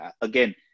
again